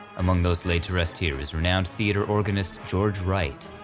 among those laid to rest here is renowned theater organist george wright.